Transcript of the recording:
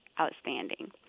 outstanding